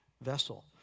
vessel